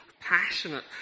passionate